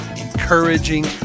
encouraging